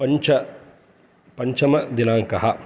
पञ्च पञ्चमदिनाङ्कः